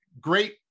great